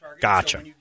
Gotcha